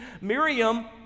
Miriam